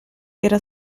era